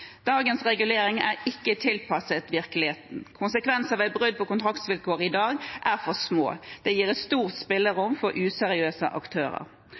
Dagens regulering er ikke tilpasset virkeligheten. Konsekvensene ved brudd på kontraktsvilkår i dag er for små. Det gir et stort spillerom for useriøse aktører.